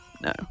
no